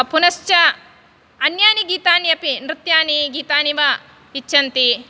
पुनश्च अन्यानि गीतानि अपि नृत्यानि गीतानि वा इच्छन्ति